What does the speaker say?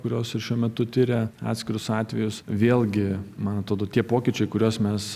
kurios ir šiuo metu tiria atskirus atvejus vėlgi man atodo tie pokyčiai kuriuos mes